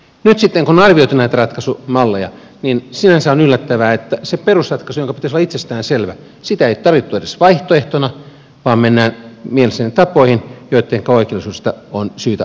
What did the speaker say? nyt sitten kun on arvioitu näitä ratkaisumalleja niin sinänsä on yllättävää että sitä perusratkaisua jonka pitäisi olla itsestään selvä ei ole tarjottu edes vaihtoehtona vaan mennään mielestäni tapoihin joittenka oikeellisuudesta on syytä vakavasti keskustella